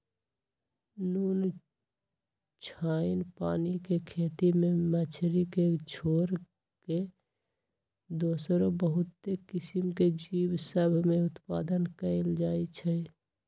नुनछ्राइन पानी के खेती में मछरी के छोर कऽ दोसरो बहुते किसिम के जीव सभ में उत्पादन कएल जाइ छइ